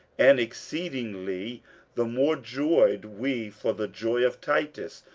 and exceedingly the more joyed we for the joy of titus,